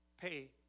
Pay